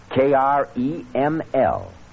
K-R-E-M-L